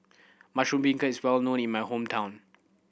mushroom beancurd is well known in my hometown